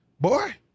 boy